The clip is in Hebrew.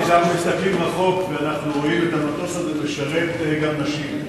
אנחנו מסתכלים רחוק ואנחנו רואים את המטוס הזה משרת גם נשים,